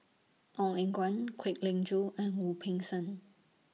Ong Eng Guan Kwek Leng Joo and Wu Peng Seng